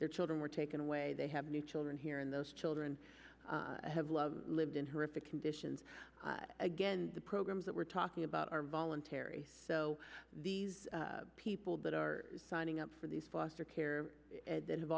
their children were taken away they have new children here and those children have love lived in her if the conditions again the programs that we're talking about are voluntary so these people that are signing up for these foster care that have